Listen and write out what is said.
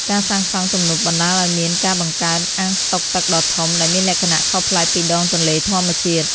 ការសាងសង់ទំនប់បណ្តាលឱ្យមានការបង្កើត អាងស្តុកទឹកដ៏ធំ ដែលមានលក្ខណៈខុសប្លែកពីដងទន្លេធម្មជាតិ។